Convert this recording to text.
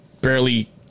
barely